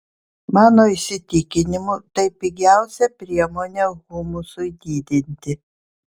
mano įsitikinimu tai pigiausia priemonė humusui didinti